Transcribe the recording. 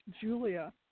Julia